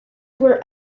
were